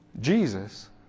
Jesus